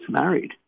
married